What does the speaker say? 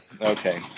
Okay